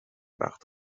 وقت